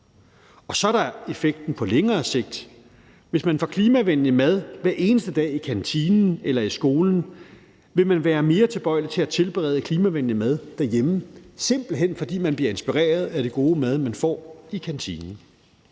Og så er der effekten på længere sigt. Hvis man får klimavenlig mad hver eneste dag i kantinen eller i skolen, vil man være mere tilbøjelig til at tilberede klimavenlig mad derhjemme, simpelt hen fordi man bliver inspireret af den gode mad, man får i kantinen.